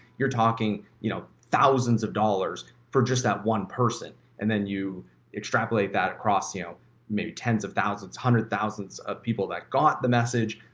you're talking, you know, thousands of dollars for just that one person. and then you extrapolate that across, you maybe tens of thousands, hundred thousands of people that got the message.